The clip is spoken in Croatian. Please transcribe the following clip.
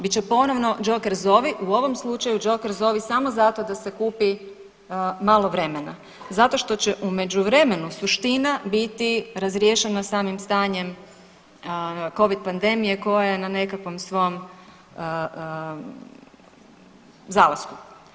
Bit će ponovno džoker zovi, u ovom slučaju džoker zovi samo zato da se kupi malo vremena zato što će u međuvremenu suština biti razriješena samim stanjem Covid pandemije koja je na nekakvom svom zalasku.